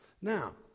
Now